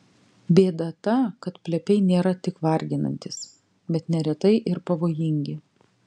bėda ta kad plepiai nėra tik varginantys bet neretai ir pavojingi